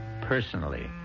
Personally